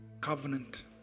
Covenant